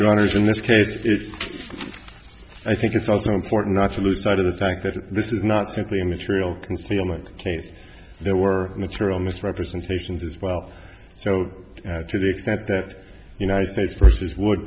runners in this case i think it's also important not to lose sight of the fact that this is not simply a material concealment case there were material misrepresentations as well so to the extent that united states forces would